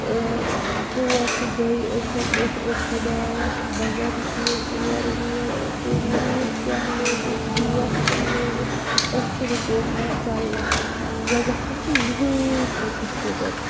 تۄر تہِ گٔے أسۍ اوٚہ اوٚہ خۄدایہ مَگَر یُتھٕے أسۍ تور وٲتۍ تہٕ رود کیاہ لوگُن ڈوٹھ کیاہ لوگُن أسۍ چِھنہٕ پوشان ژَلنَس مےٚ گَژھہِ نہٕ سُہ زٕہٕنۍ تہِ مٔشِت